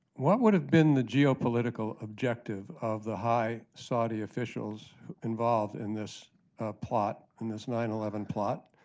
what would have been the geopolitical objective of the high saudi officials involved in this plot, in this nine eleven plot?